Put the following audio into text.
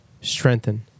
strengthen